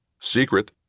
Secret